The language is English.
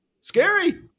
scary